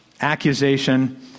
accusation